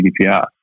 GDPR